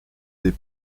des